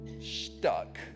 stuck